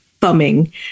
thumbing